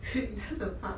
你真的怕